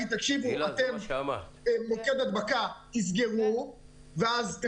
במקום להגיד שאנחנו מוקד הדבקה ולסגור אותנו,